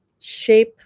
Shape